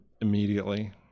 immediately